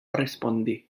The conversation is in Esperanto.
respondi